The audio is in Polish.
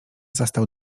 zastał